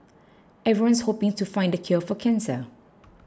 everyone's hoping to find the cure for cancer